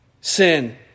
sin